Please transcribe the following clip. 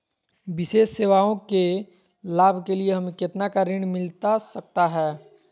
विशेष सेवाओं के लाभ के लिए हमें कितना का ऋण मिलता सकता है?